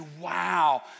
wow